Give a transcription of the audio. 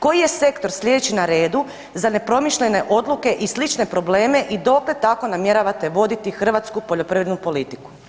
Koji je sektor slijedeći na redu za nepromišljene odluke i slične probleme i dokle tako namjeravate voditi hrvatsku poljoprivrednu politiku?